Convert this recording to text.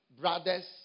brothers